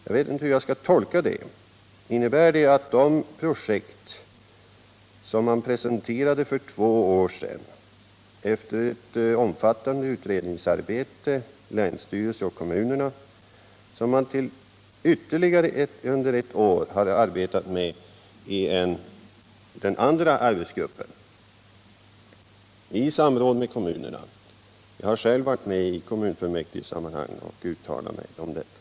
Jag vet inte hur jag skall tolka svaret. Det presenterades för två år sedan olika projekt efter ett omfattande utredningsarbete i länsstyrelsen och kommunerna, och sedan har man under ytterligare ett år arbetat med de projekten i den andra arbetsgruppen i samråd med kommunerna — jag har själv i kommunfullmäktigesammanhang varit med och uttalat mig om dessa projekt.